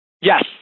Yes